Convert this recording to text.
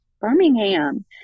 Birmingham